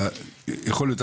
יכול להיות,